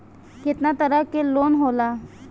केतना तरह के लोन होला?